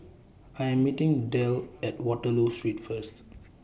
I Am meeting Delle At Waterloo Street First